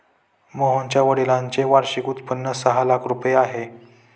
मोहनच्या वडिलांचे वार्षिक उत्पन्न सहा लाख रुपये आहे